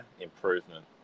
improvement